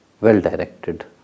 well-directed